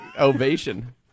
ovation